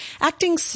Acting